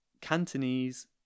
Cantonese